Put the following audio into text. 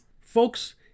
Folks